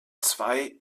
zwei